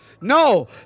No